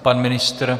Pan ministr?